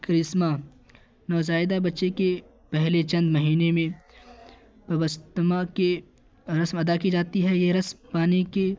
کرسمہ نوزائیدہ بچے کے پہلے چند مہینے میں اوستما کے رسم ادا کی جاتی ہے یہ رسم پانی کے